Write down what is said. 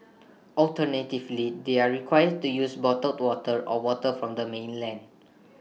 alternatively they are required to use bottled water or water from the mainland